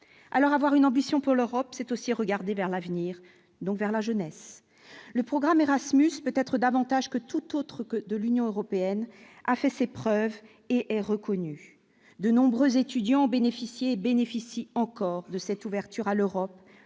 alors avoir une ambition pour l'Europe c'est aussi regarder vers l'avenir, donc vers la jeunesse, le programme Erasmus, peut-être davantage que tout autre que de l'Union européenne a fait ses preuves et est reconnu de nombreux étudiants ont bénéficié bénéficie encore de cette ouverture à l'Europe